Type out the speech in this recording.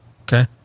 Okay